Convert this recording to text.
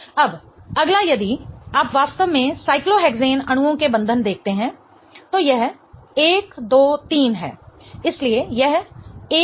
अब अगला यदि आप वास्तव में साइक्लोहेक्सेन अणुओं के बंधन देखते हैं तो यह 1 2 3 है